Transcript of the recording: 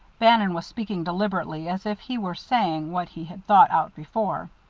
bannon was speaking deliberately, as if he were saying what he had thought out before.